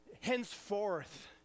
henceforth